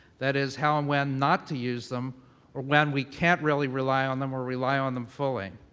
that is, how and when not to use them or when we can't really rely on them or rely on them fully.